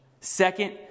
Second